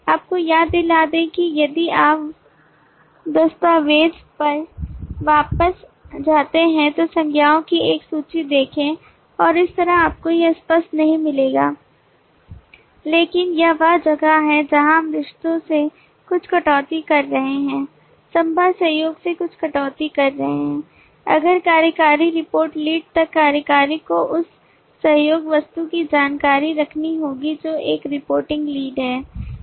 आपको याद दिला दें कि यदि आप दस्तावेज़ पर वापस जाते हैं तो संज्ञाओं की एक सूची देखें और इस तरह आपको यह स्पष्ट नहीं मिलेगा लेकिन यह वह जगह है जहां हम रिश्तों से कुछ कटौती कर रहे हैं संभव सहयोग से कुछ कटौती कर रहे हैं अगर कार्यकारी रिपोर्ट लीड तब कार्यकारी को उस सहयोग वस्तु की जानकारी रखनी होगी जो एक रिपोर्टिंग लीड है